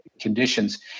conditions